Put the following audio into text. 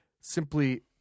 simply